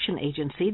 Agency